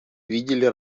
видели